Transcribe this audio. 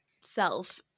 self